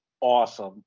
awesome